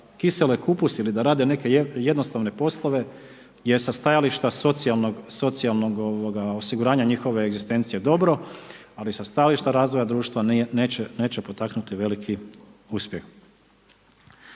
kiseli kupus ili da rade neke jednostavne poslove, je sa stajališta socijalnog osiguranja njihove egzistencije dobro, ali sa stajališta razvoja društva, neće potaknuti veliki uspjeh.